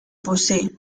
posee